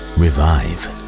revive